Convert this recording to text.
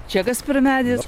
čia kas per medis